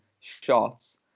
shots